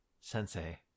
sensei